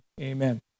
amen